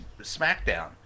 Smackdown